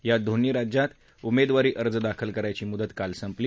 या दोन्ही राज्यांत उमेदवारी अर्ज दाखल करायची मुदत काल संपली